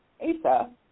Asa